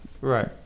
right